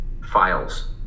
files